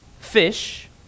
fish